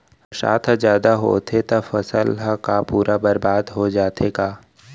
बरसात ह जादा होथे त फसल ह का पूरा खराब हो जाथे का?